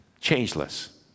changeless